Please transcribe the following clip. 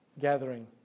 gathering